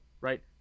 right